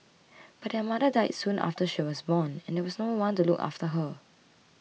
but their mother died soon after she was born and there was no one to look after her